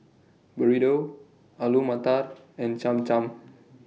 Burrito Alu Matar and Cham Cham